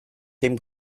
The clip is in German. dem